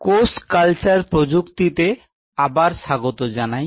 কোষ কালচার প্রযুক্তিতে আবার স্বাগত জানাই